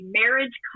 marriage